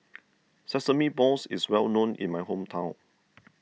Sesame Balls is well known in my hometown